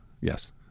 Yes